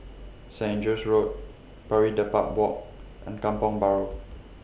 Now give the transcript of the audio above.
Saint Andrew's Road Pari Dedap Walk and Kampong Bahru